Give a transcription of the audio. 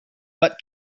but